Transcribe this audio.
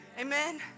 Amen